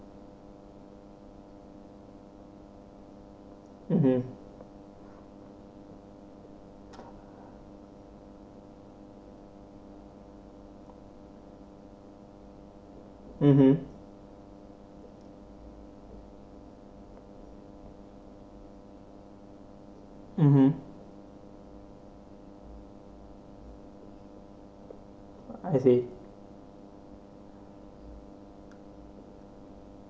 mmhmm I see